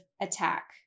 attack